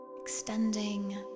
extending